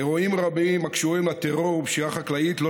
אירועים רבים הקשורים לטרור ופשיעה חקלאית לא